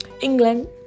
England